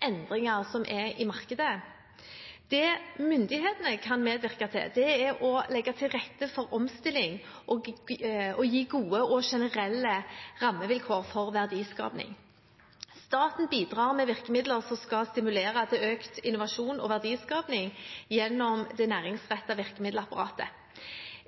endringer i markedet. Det myndighetene kan medvirke til, er å legge til rette for omstilling og å gi gode og generelle rammevilkår for verdiskaping. Staten bidrar med virkemidler som skal stimulere til økt innovasjon og verdiskaping gjennom det næringsrettede virkemiddelapparatet.